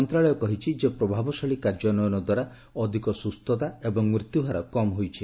ମନ୍ତ୍ରଶାଳୟ କହିଛି ଯେ ପ୍ରଭାବଶାଳୀ କାର୍ଯ୍ୟାନ୍ୱୟନ ଦ୍ୱାରା ଅଧିକ ସୁସ୍ଥତା ଏବଂ ମୃତ୍ୟୁହାର କମ୍ ହୋଇଛି